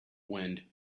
wind